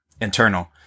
internal